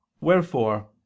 Wherefore